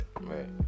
Right